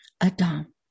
Adam